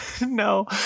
no